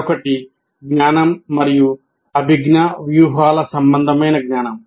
మరొకటి జ్ఞానం మరియు అభిజ్ఞా వ్యూహాల సంబంధమైన జ్ఞానం